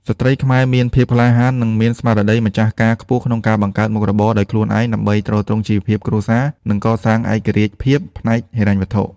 ស្ត្រីខ្មែរមានភាពក្លាហាន និងមានស្មារតីម្ចាស់ការខ្ពស់ក្នុងការបង្កើតមុខរបរដោយខ្លួនឯង ដើម្បីទ្រទ្រង់ជីវភាពគ្រួសារ និងកសាងឯករាជ្យភាពផ្នែកហិរញ្ញវត្ថុ។